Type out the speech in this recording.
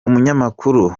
umunyamakuru